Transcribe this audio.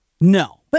No